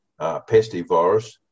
pestivirus